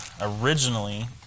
originally